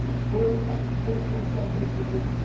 full and total sub districting.